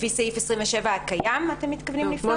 לפי סעיף 27 הקיים אתם מתכוונים לפנות?